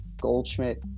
Goldschmidt